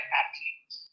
athletes